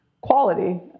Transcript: quality